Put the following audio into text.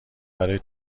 برای